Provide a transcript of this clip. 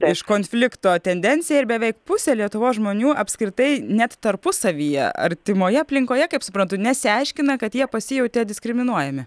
iš konflikto tendencija ir beveik pusė lietuvos žmonių apskritai net tarpusavyje artimoje aplinkoje kaip suprantu nesiaiškina kad jie pasijautė diskriminuojami